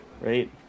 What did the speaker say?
right